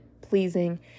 pleasing